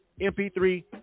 MP3